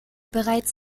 bereits